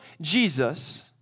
Jesus